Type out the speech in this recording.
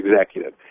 executive